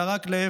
אלא רק להפך,